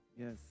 Yes